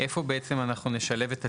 איפה בעצם אנחנו נשלב את התיקון?